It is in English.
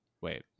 Wait